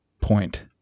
point